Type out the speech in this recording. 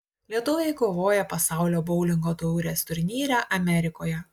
lietuviai kovoja pasaulio boulingo taurės turnyre amerikoje